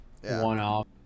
one-off